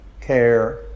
care